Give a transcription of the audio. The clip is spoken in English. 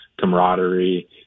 camaraderie